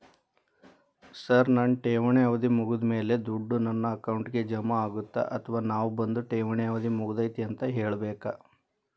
Sir ನನ್ನ ಠೇವಣಿ ಅವಧಿ ಮುಗಿದಮೇಲೆ, ದುಡ್ಡು ನನ್ನ ಅಕೌಂಟ್ಗೆ ಜಮಾ ಆಗುತ್ತ ಅಥವಾ ನಾವ್ ಬಂದು ಠೇವಣಿ ಅವಧಿ ಮುಗದೈತಿ ಅಂತ ಹೇಳಬೇಕ?